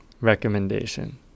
recommendation